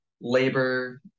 labor